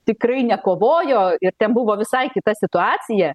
tikrai nekovojo ir ten buvo visai kita situacija